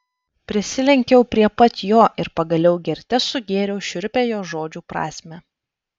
prisilenkiau prie pat jo ir pagaliau gerte sugėriau šiurpią jo žodžių prasmę